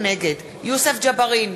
נגד יוסף ג'בארין,